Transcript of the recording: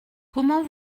comment